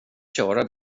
köra